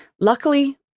Luckily